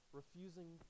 refusing